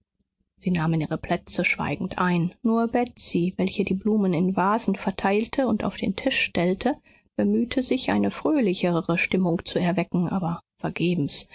sie nahmen ihre plätze schweigend ein nur betsy welche die blumen in vasen verteilte und auf den tisch stellte bemühte sich eine fröhlichere stimmung zu erwecken aber vergebens